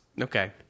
Okay